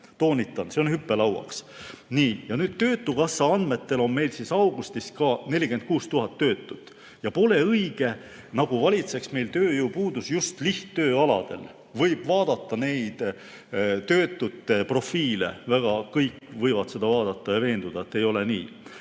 Toonitan, see on hüppelauaks. Ja töötukassa andmetel on meil augustist 46 000 töötut ja pole õige, et meil valitseb tööjõupuudus just lihttööaladel. Võib vaadata töötute profiile – kõik võivad seda vaadata ja veenduda, et ei ole nii.